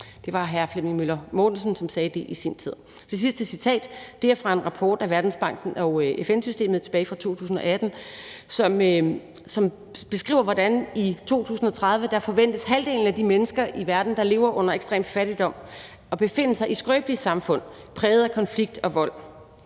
Det var hr. Flemming Møller Mortensen, der som udviklingsminister sagde det i sin tid. Det sidste citat er fra en rapport af Verdensbanken og FN-systemet tilbage fra 2018, som beskriver følgende: I 2030 forventes halvdelen af de mennesker i verden, der lever under ekstrem fattigdom, at befinde sig i skrøbelige samfund præget af konflikter og vold.